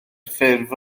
ffurf